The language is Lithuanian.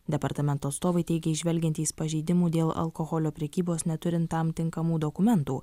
departamento atstovai teigė įžvelgiantys pažeidimų dėl alkoholio prekybos neturint tam tinkamų dokumentų